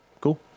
Cool